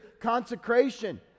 consecration